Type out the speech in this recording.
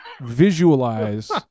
visualize